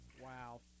Wow